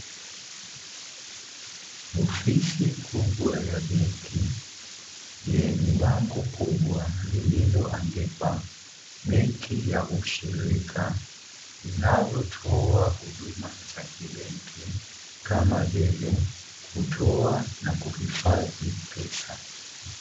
Ofisi kubwa ya benki yenye bango kubwa lililoandikwa benki ya ushirika inayotoa huduma za kibenki kama vile, kutoa na kuhifadhi pesa.